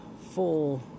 full